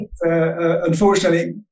Unfortunately